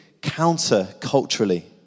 counter-culturally